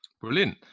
brilliant